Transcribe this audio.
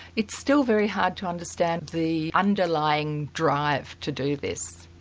it's still very hard to understand the underlying drive to do this.